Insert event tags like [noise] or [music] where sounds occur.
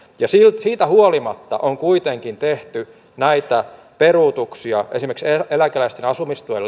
ja siitä huolimatta on kuitenkin tehty näitä peruutuksia esimerkiksi eläkeläisten asumistuen [unintelligible]